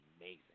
amazing